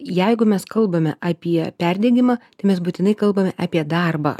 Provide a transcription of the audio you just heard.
jeigu mes kalbame apie perdegimą mes būtinai kalbame apie darbą